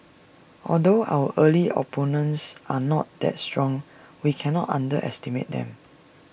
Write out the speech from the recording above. although our early opponents are not that strong we cannot underestimate them